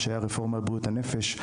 כשהייתה רפורמה בבריאות הנפש.